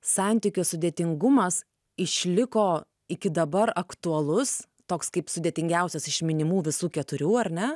santykių sudėtingumas išliko iki dabar aktualus toks kaip sudėtingiausias iš minimų visų keturių ar ne